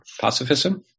Pacifism